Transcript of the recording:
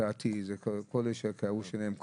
קהת זה כל אלה שקהו שיניהם.